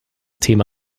thema